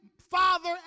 father